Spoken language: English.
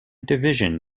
division